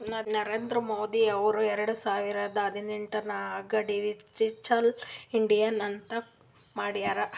ನರೇಂದ್ರ ಮೋದಿ ಅವ್ರು ಎರಡು ಸಾವಿರದ ಹದಿನೈದುರ್ನಾಗ್ ಡಿಜಿಟಲ್ ಇಂಡಿಯಾ ಅಂತ್ ಮಾಡ್ಯಾರ್